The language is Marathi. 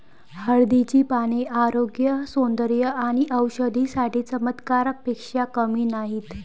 हळदीची पाने आरोग्य, सौंदर्य आणि औषधी साठी चमत्कारापेक्षा कमी नाहीत